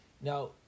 Now